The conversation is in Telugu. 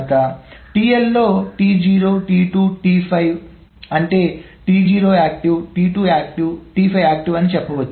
T L T 0 T 2 T 5 కనుక T0 active T2 active T5 active అని చెప్పవచ్చు